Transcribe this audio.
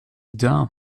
dumb